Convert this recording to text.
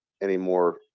anymore